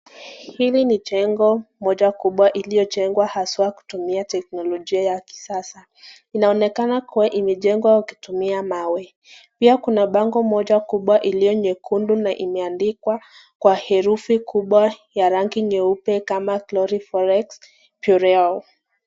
Hili ni jengo moja kubwa iliyojengwa kwa kutumia hasa teknolojia ya kisasa. Inaonekana kua imejengwa wakitumia mawe. Pia kuna bango moja kubwa iliyo nyekundu na imeandikwa kwa herufi kubwa ya rangi nyeupe kama [GLORY FOREX BUREAU]